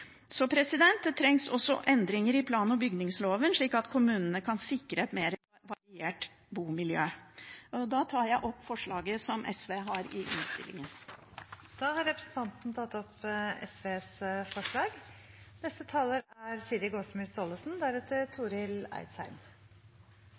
Det trengs også endringer i plan- og bygningsloven, slik at kommunene kan sikre et mer variert bomiljø. Jeg tar opp forslaget som SV har i innstillingen. Representanten Karin Andersen har tatt opp det forslaget hun refererte til. Hva betyr noe i boligpolitikken? Hva er